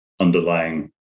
underlying